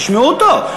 תשמעו אותו.